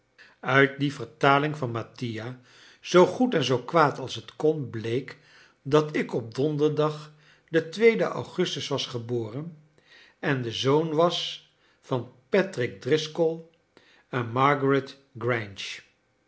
uit die vertaling van mattia zoo goed en zoo kwaad als t kon bleek dat ik op donderdag den tweeden augustus was geboren en de zoon was van patrick driscoll en margaret grange